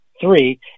three